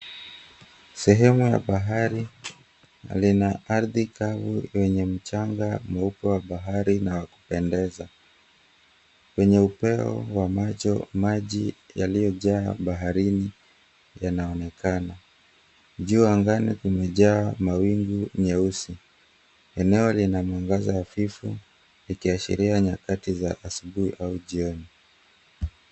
Sehemu ya bahari lina ardhi kavu yenye mchanga mweupe wa bahari na wa kupendeza kwenye upeo wa macho maji yaliyojaa baharini yanaonekana juu angani kumejaa mawingu nyeusi. Eneo lina mwangaza hafifu ikiashiria nyakati za asubui au jioni.